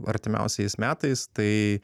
artimiausiais metais tai